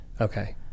Okay